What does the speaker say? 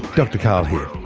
dr karl here.